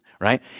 right